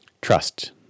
trust